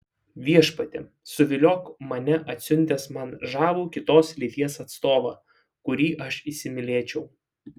viešpatie suviliok mane atsiuntęs man žavų kitos lyties atstovą kurį aš įsimylėčiau